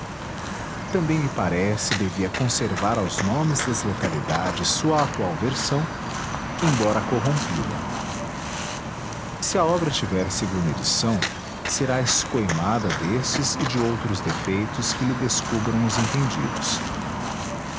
também me parece devia conservar aos nomes das localidades sua atual versão embora corrompida se a obra tiver segunda edição será escoimada destes e de outros defeitos que lhe descubram os entendidos